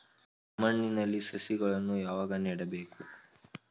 ಮಣ್ಣಿನಲ್ಲಿ ಸಸಿಗಳನ್ನು ಯಾವಾಗ ನೆಡಬೇಕು?